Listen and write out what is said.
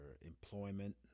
employment